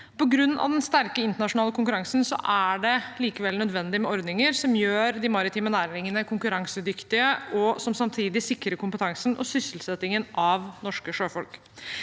På grunn av den sterke internasjonale konkurransen er det likevel nødvendig med ordninger som gjør de maritime næringene konkurransedyktige, og som samtidig sikrer kompetansen og sysselsettingen av norske sjøfolk.